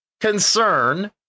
concern